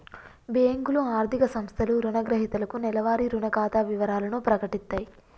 బ్యేంకులు, ఆర్థిక సంస్థలు రుణగ్రహీతలకు నెలవారీ రుణ ఖాతా వివరాలను ప్రకటిత్తయి